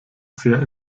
sehr